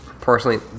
personally